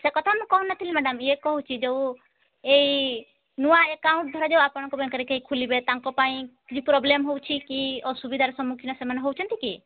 ସେକଥା ମୁଁ କହୁନଥିଲି ମ୍ୟାଡ଼ାମ୍ ଇଏ କହୁଛି ଯେଉଁ ଏଇ ନୂଆ ଏକାଉଣ୍ଟ ଧରାଯାଉ ଆପଣଙ୍କ ବ୍ୟାଙ୍କ୍ରେ କିଏ ଖୋଲିବେ ତାଙ୍କ ପାଇଁ କି ପ୍ରୋବ୍ଲେମ୍ ହେଉଛି କି ଅସୁବିଧାର ସମ୍ମୁଖୀନ ସେମାନେ ହେଉଛନ୍ତି କି